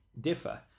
differ